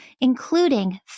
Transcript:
including